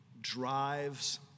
drives